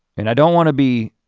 and i don't wanna be,